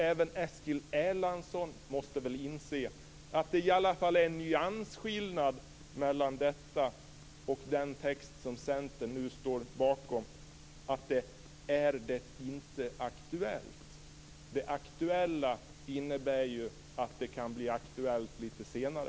Även Eskil Erlandsson måste väl inse att det i alla fall är en nyansskillnad mellan detta och den text som Centern nu står bakom, nämligen: "är det inte aktuellt". Det innebär ju att det här kan bli aktuellt lite senare.